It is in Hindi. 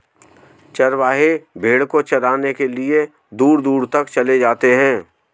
चरवाहे भेड़ को चराने के लिए दूर दूर तक चले जाते हैं